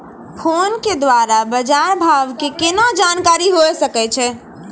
Phone के द्वारा बाज़ार भाव के केना जानकारी होय सकै छौ?